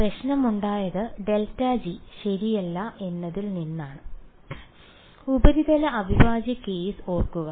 പ്രശ്നമുണ്ടായത് ∇g ശരിയല്ല എന്നതിൽ നിന്നാണ് ഉപരിതല അവിഭാജ്യ കേസ് ഓർക്കുക